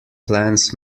plans